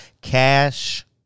cash